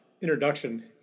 introduction